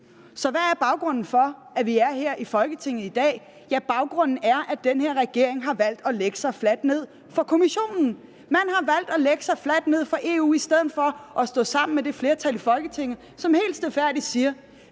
Så hvad er baggrunden for, at vi er her i Folketinget i dag? Ja, baggrunden er, at den her regering har valgt at lægge sig fladt ned for Kommissionen. Man har valgt at lægge sig fladt ned for EU i stedet for at stå sammen med det flertal i Folketinget, som helt stilfærdigt siger: